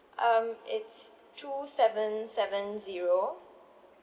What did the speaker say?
um it's two seven seven zero